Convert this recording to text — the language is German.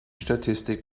statistik